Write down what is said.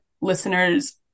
listeners